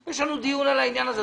יש לנו דיון על העניין הזה.